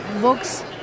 books